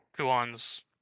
Kuan's